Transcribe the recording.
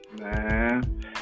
Man